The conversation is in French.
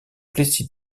plessis